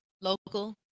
local